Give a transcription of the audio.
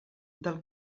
del